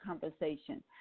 conversation